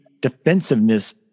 defensiveness